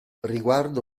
riguardo